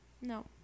No